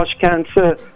Cancer